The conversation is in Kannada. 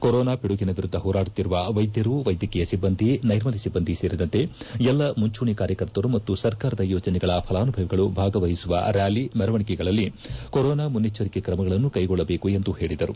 ಕೊರೋನಾ ಪಿಡುಗಿನ ವಿರುದ್ಧ ಹೋರಾಡುತ್ತಿರುವ ವೈದ್ಯರು ವೈದ್ಯಕೀಯ ಸಿಬ್ಬಂದಿ ನೈರ್ಮಲ್ಯ ಸಿಬ್ಬಂದಿ ಸೇರಿದಂತೆ ಎಲ್ಲ ಮುಂಚೂಣಿ ಕಾರ್ಕರ್ತರು ಮತ್ತು ಸರ್ಕಾರದ ಯೋಜನೆಗಳ ಫಲಾನುಭವಿಗಳು ಭಾಗವಹಿಸುವ ರ್ಡಾಲಿ ಮೆರವಣಿಗೆಗಳಲ್ಲಿ ಕೊರೋನಾ ಮುನ್ನೆಚ್ಚರಿಕೆ ತ್ರಮಗಳನ್ನು ಕೈಗೊಳ್ಳಬೇಕೆಂದು ಹೇಳಿದರು